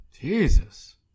Jesus